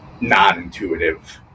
non-intuitive